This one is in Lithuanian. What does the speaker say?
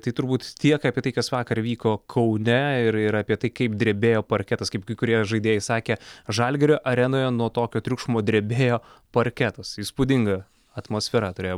tai turbūt tiek apie tai kas vakar vyko kaune ir ir apie tai kaip drebėjo parketas kaip kai kurie žaidėjai sakė žalgirio arenoje nuo tokio triukšmo drebėjo parketas įspūdinga atmosfera turėjo